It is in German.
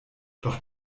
doch